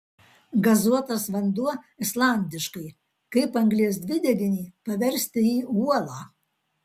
gazuotas vanduo islandiškai kaip anglies dvideginį paversti į uolą